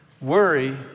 worry